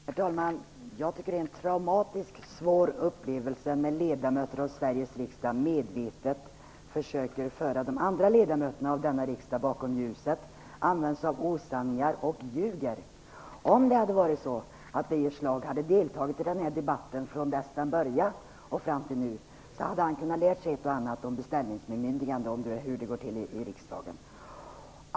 Herr talman! Jag tycker att det är en traumatisk och svår upplevelse att några ledamöter av Sveriges riksdag medvetet försöker föra de andra ledamöterna bakom ljuset och använder sig av osanningar och ljuger. Hade Birger Schlaug deltagit i den här debatten från dess början fram tills nu, hade han kunnat lära sig ett och annat om beställningsbemyndiganden och om hur det går till i riksdagen.